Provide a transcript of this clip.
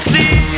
See